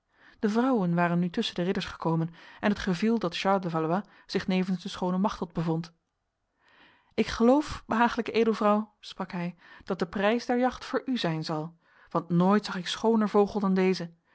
de vrouwen waren nu tussen de ridders gekomen en het geviel dat charles de valois zich nevens de schone machteld bevond ik geloof behaaglijke edelvrouw sprak hij dat de prijs der jacht voor u zijn zal want nooit zag ik schoner vogel dan deze